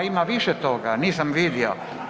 A ima više toga, nisam vidio.